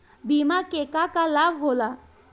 बिमा के का का लाभ होला?